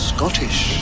Scottish